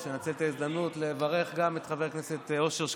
אני אנצל את ההזדמנות לברך גם את חבר הכנסת אושר שקלים,